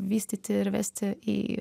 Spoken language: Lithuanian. vystyti ir vesti į